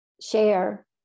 share